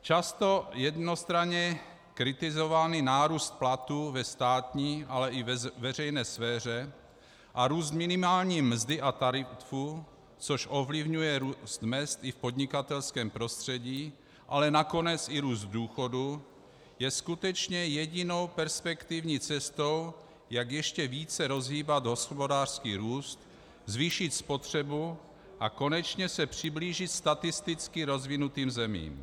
Často jednostranně kritizovaný nárůst platů ve státní, ale i ve veřejné sféře a růst minimální mzdy a tarifů, což ovlivňuje růst mezd i v podnikatelském prostředí, ale nakonec i růst důchodů je skutečně jedinou perspektivní cestou, jak ještě více rozhýbat hospodářský růst, zvýšit spotřebu a konečně se přiblížit statisticky rozvinutým zemím.